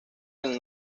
del